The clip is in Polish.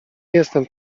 jestem